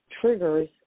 triggers